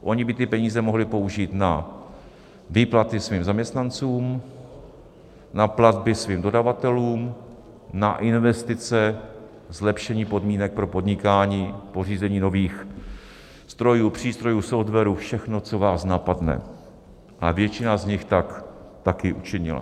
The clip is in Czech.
Oni by ty peníze mohli použít na výplaty svým zaměstnancům, na platby svým dodavatelům, na investice, zlepšení podmínek pro podnikání, k pořízení nových strojů, přístrojů, softwarů, všechno, co vás napadne, a většina z nich tak také učinila.